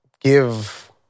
give